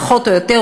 פחות או יותר,